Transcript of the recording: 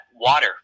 water